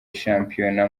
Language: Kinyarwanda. shampiyona